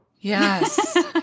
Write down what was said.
Yes